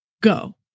Go